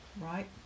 right